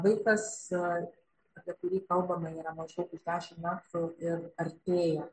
vaikas apie kurį kalbame yra maždaug už dešimt metrų ir artėja